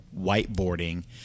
whiteboarding